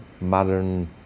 modern